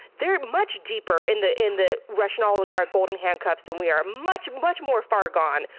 they're much deeper in the in the russian oligarch golden handcuffs, and we are much, much more far gone.